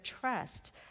trust